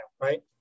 right